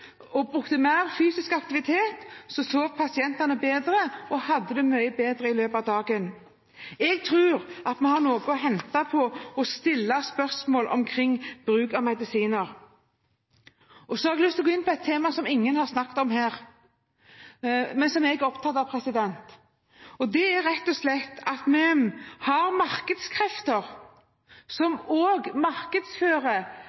hadde det mye bedre gjennom dagen. Jeg tror vi har noe å hente på å stille spørsmål om bruken av medisiner. Jeg har lyst til å gå inn på et tema som ingen har snakket om her, men som jeg er opptatt av: Vi har markedskrefter som markedsfører og lager et marked og